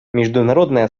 международное